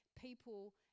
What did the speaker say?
people